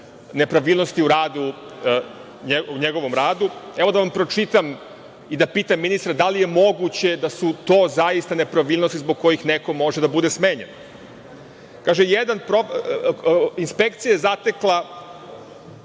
nepravilnosti u njegovom radu. Evo da pročitam i da pitam ministra da li je moguće da su to zaista nepravilnosti zbog kojih neko može da bude smenjen. Kaže – inspekcija je zatekla